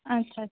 আচ্ছা আচ্ছা